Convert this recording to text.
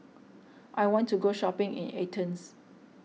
I want to go shopping in Athens